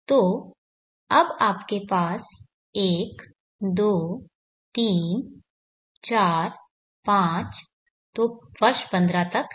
तो अब आपके पास एक दो तीन चार पांच तो वर्ष 15 तक है